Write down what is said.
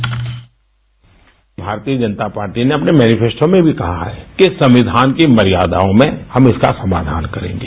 bite Bharatiya Janata Party ने अपने manifesto में भी कहा है कि संविधान की मर्यादाओं में हम इसका समाधान करेंगे